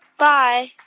bye